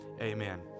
amen